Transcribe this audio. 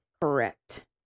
correct